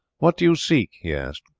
what do you seek? he asked.